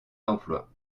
d’emploi